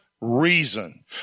reason